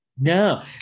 No